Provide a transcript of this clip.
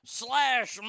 slash